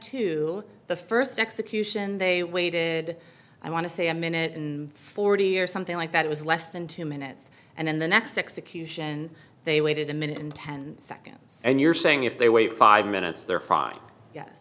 to the first execution they waited i want to say a minute and forty years something like that was less than two minutes and then the next execution they waited a minute and ten seconds and you're saying if they wait five minutes they're